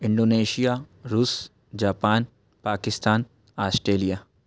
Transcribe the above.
Indonesia रूस Japan Pakistan Australia